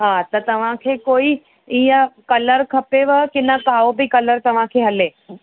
हा त तव्हांखे कोई इएं कलर खपेव की न काओ बि कलर तव्हांखे हले